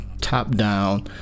top-down